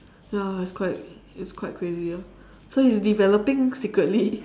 ya it's quite it's quite crazy ah so he's developing secretly